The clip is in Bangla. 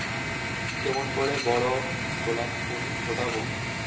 কেমন করে বড় গোলাপ ফুল ফোটাব?